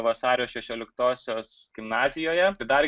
vasario šešioliktosios gimnazijoje ir dar